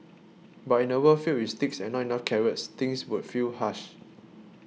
but in a world filled with sticks and not enough carrots things would feel harsh